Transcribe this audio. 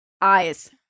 eyes